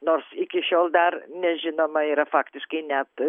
nors iki šiol dar nežinoma yra faktiškai net